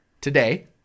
today